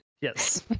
yes